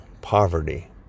poverty